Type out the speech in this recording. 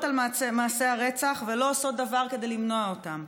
על מעשי הרצח ולא עושות דבר כדי למנוע אותם,